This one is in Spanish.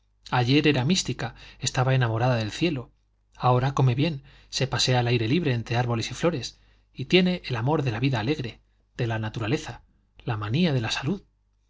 ayer era mística estaba enamorada del cielo ahora come bien se pasea al aire libre entre árboles y flores y tiene el amor de la vida alegre de la naturaleza la manía de la salud